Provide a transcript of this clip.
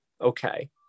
Okay